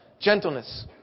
Gentleness